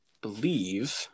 believe